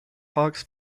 hawks